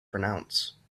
pronounce